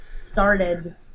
started